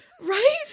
Right